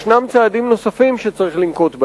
יש צעדים נוספים שצריך לנקוט.